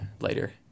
later